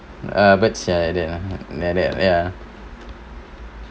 uh birds are like that lah like that ya